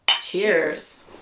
Cheers